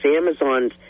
Amazon's